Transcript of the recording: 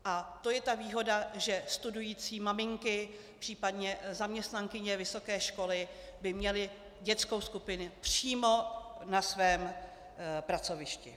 A to je ta výhoda, že studující maminky, případně zaměstnankyně vysoké školy, by měly dětskou skupinu přímo na svém pracovišti.